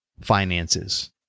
finances